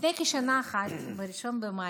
לפני כשנה, ב-1 במאי,